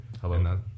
hello